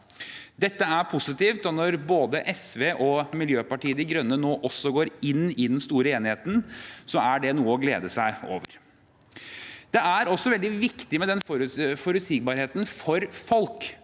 Dette er positivt, og når både SV og Miljøpartiet De Grønne nå også går inn i den store enigheten, er det noe å glede seg over. Det er også veldig viktig med den forutsigbarheten for folk,